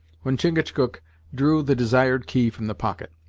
when chingachgook drew the desired key from the pocket.